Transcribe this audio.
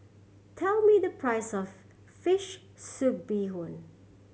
tell me the price of fish soup bee hoon